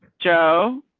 joe.